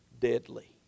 deadly